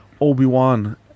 Obi-Wan